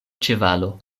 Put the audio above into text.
ĉevalo